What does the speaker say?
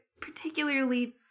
particularly